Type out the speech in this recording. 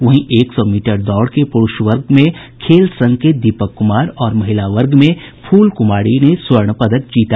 वहीं एक सौ मीटर दौड़ के पुरूष वर्ग में खेल संघ के दीपक कुमार और महिला वर्ग में फुलकुमारी ने स्वर्ण पदक जीता